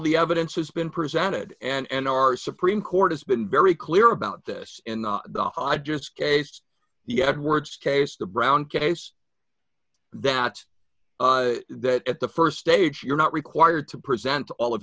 the evidence has been presented and our supreme court has been very clear about this in the i just case you had words case the brown case that that at the st stage you're not required to present all of